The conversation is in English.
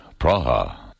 Praha